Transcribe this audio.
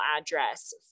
address